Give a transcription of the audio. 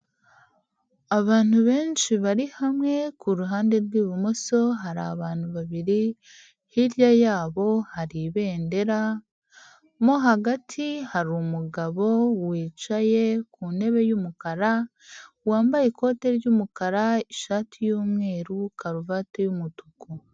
Abantu benshi bari hamwe ku ruhande rw'ibumoso hari abantu babiri, hirya yabo hari ibendera mo hagati hari umugabo wicaye ku ntebe y'umukara, wambaye ikoti ry'umukara, ishati y'umweru, karuvati y'umutuku.